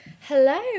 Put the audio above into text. Hello